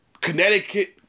Connecticut